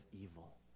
evil